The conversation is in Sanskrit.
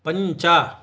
पञ्च